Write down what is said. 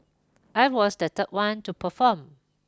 I was the third one to perform